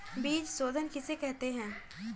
बीज शोधन किसे कहते हैं?